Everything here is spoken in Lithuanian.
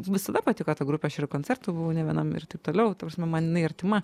visada patiko ta grupė aš ir koncertų buvo ne vienam ir taip toliau ta prasme man jinai artima